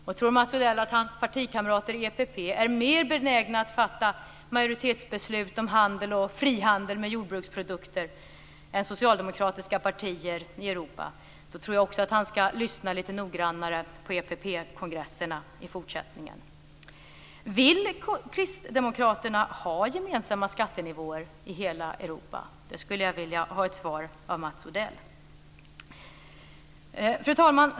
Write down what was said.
Och tror Mats Odell att hans partikamrater i EPP är mer benägna att fatta majoritetsbeslut om handel och frihandel med jordbruksprodukter än socialdemokratiska partier i Europa, tror jag också att han ska lyssna lite noggrannare på EPP-kongresserna i fortsättningen. Vill kristdemokraterna ha gemensamma skattenivåer i hela Europa? Det skulle jag vilja ha ett svar på av Mats Fru talman!